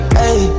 hey